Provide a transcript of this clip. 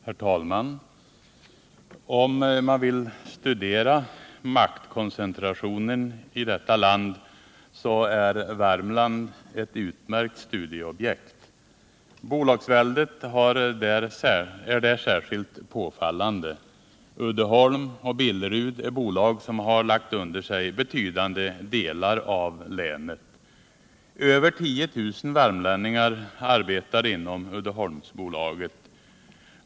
Herr talman! Om man vill studera maktkoncentrationen i detta land, är Värmland ett utmärkt studieobjekt. Bolagsväldet är där särskilt påfallande. Uddeholm och Billerud är bolag som har lagt under sig betydande delar av länet. Över 10 000 värmlänningar arbetar inom Uddeholmsbolaget.